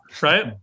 right